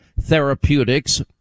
therapeutics